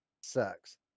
sucks